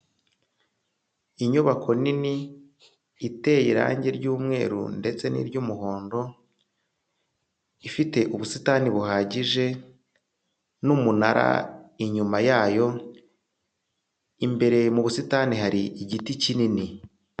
Inyubako nini iteye irangi ry'umweru ndetse n'iry'umuhondo, ifite ubusitani buhagije n'umunara inyuma yayo, imbere mu busitani hari igiti kinini.